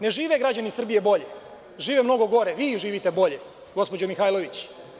Ne žive građani Srbije bolje, žive mnogo gore, vi živite bolje gospođo Mihajlović.